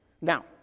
Now